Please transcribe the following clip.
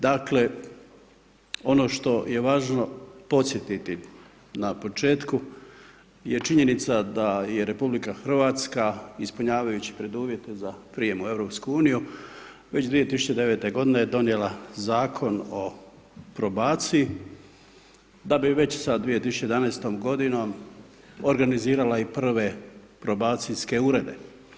Dakle, ono što je važno podsjetiti na početku je činjenica da je RH ispunjavajući preduvjete za prijem u EU, već 2009. godine donijela Zakon o probaciji, da bi već sa 2011. godinom organizirala i prve probacijske urede.